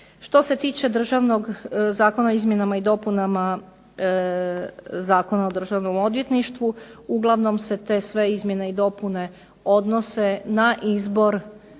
Što se tiče Zakona o izmjenama i dopunama Zakona o državnom odvjetništvu, uglavnom se te sve izmjene i dopune odnose na izbor